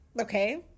Okay